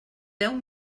deu